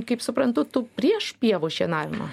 kaip suprantu tu prieš pievų šienavimą